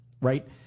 right